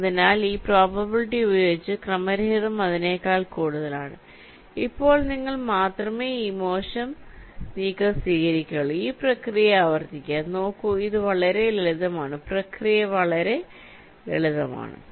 അതിനാൽ ഈ പ്രോബബിലിറ്റി ഉപയോഗിച്ച് ക്രമരഹിതം അതിനേക്കാൾ കൂടുതലാണ് അപ്പോൾ നിങ്ങൾ മാത്രമേ ഈ മോശം നീക്കം സ്വീകരിക്കുകയുള്ളൂ ഈ പ്രക്രിയ ആവർത്തിക്കുക നോക്കൂ ഇത് വളരെ ലളിതമാണ് പ്രക്രിയ വളരെ ലളിതമാണ്